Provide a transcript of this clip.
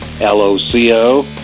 L-O-C-O